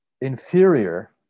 inferior